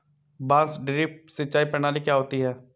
बांस ड्रिप सिंचाई प्रणाली क्या होती है?